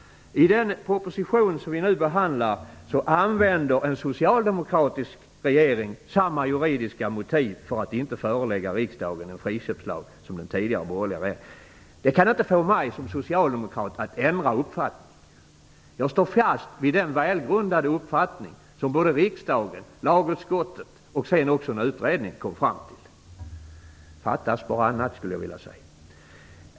I den proposition vi nu behandlar använder en socialdemokratisk regering samma juridiska motiv som den tidigare borgerliga regeringen för att inte förelägga riksdagen en friköpslag. Det kan inte få mig som socialdemokrat att ändra uppfattning. Jag står fast vid den välgrundade uppfattning som både riksdagen, lagutskottet och sedan också en utredning kom fram till. Fattas bara annat!